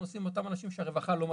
עושים עם אותם אנשים שהרווחה לא מכירה,